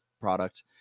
product